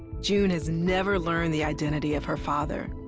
june has never learned the identity of her father.